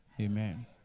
Amen